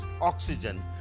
oxygen